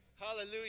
Hallelujah